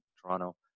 Toronto